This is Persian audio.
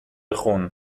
خون